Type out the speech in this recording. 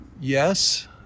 yes